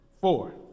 Four